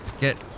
get